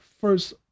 first